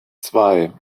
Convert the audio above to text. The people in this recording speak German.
zwei